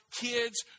kids